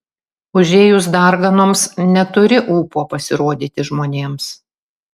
užėjus darganoms neturi ūpo pasirodyti žmonėms